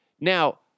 now